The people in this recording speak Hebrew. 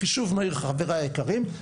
חישוב מהיר חבריי היקרים,